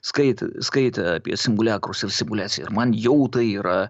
skait skaitę apie simuliakrus ir simuliaciją ir man jau tai yra